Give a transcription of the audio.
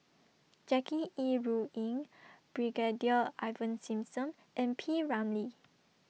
Jackie Yi Ru Ying Brigadier Ivan Simson and P Ramlee